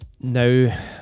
now